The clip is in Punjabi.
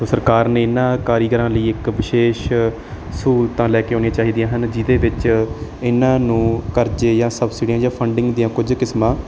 ਸੋ ਸਰਕਾਰ ਨੇ ਇਹਨਾਂ ਕਾਰੀਗਰਾਂ ਲਈ ਇੱਕ ਵਿਸ਼ੇਸ਼ ਸਹੂਲਤਾਂ ਲੈ ਕੇ ਆਉਣੀਆਂ ਚਾਹੀਦੀਆਂ ਹਨ ਜਿਹਦੇ ਵਿੱਚ ਇਹਨਾਂ ਨੂੰ ਕਰਜ਼ੇ ਜਾਂ ਸਬਸਿਡੀ ਜਾਂ ਫਡਿੰਗ ਦੀਆਂ ਕੁਝ ਕਿਸਮਾਂ